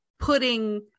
Putting